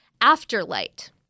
Afterlight